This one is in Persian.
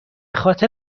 خاطر